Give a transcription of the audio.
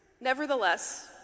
nevertheless